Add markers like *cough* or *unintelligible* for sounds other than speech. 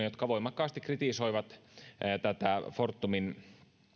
*unintelligible* jotka voimakkaasti kritisoivat tätä fortumin